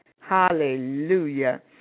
Hallelujah